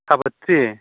साबोथ्रि